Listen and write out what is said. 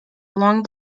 along